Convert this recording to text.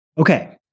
Okay